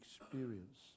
experience